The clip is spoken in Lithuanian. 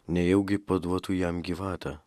nejaugi paduotų jam gyvatę